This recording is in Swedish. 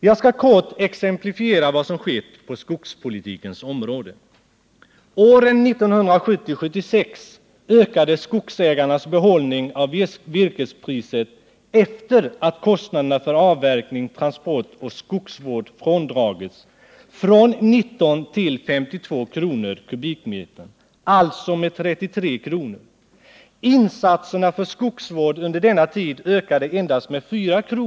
Jag skall i korthet exemplifiera vad som skett på skogspolitikens område: Åren 1970-1976 ökade skogsägarnas behållning av virkespriset — efter det att kostnaderna för avverkning, transport och skogsvård fråndragits — från 19 till 52 kr. per m?, alltså med 33 kr. Insatserna för skogsvård under denna tid ökade med endast 4 kr.